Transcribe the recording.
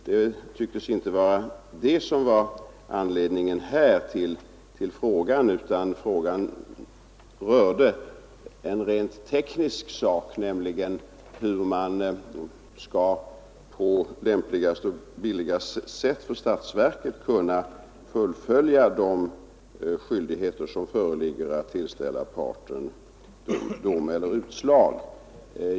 Det tycktes emellertid inte vara anledningen till frågan utan den rörde en rent teknisk sak, nämligen hur man på det för statsverket lämpligaste och billigaste sättet skall kunna fullfölja de skyldigheter som föreligger att tillställa parten dom eller utslag.